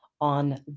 on